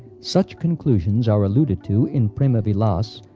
such conclusions are alluded to in prema-vilas,